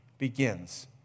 Begins